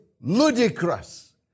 ludicrous